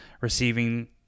receiving